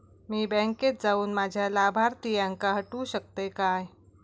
मी बँकेत जाऊन माझ्या लाभारतीयांका हटवू शकतय काय?